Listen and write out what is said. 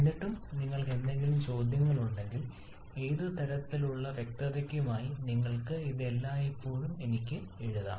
എന്നിട്ടും നിങ്ങൾക്ക് എന്തെങ്കിലും ചോദ്യങ്ങളുണ്ടെങ്കിൽ ഏത് തരത്തിലുള്ള വ്യക്തതയ്ക്കുമായി നിങ്ങൾക്ക് ഇത് എല്ലായ്പ്പോഴും എനിക്ക് എഴുതാം